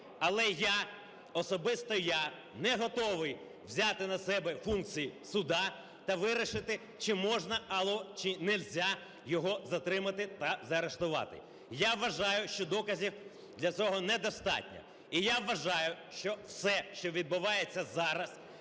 Але я особисто я не готовий взяти на себе функції суду та вирішити, чи можна, чи нельзя його затримати та заарештувати. Я вважаю, що доказів для цього недостатньо. І я вважаю, що все, що відбувається зараз,